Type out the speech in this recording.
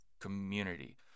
community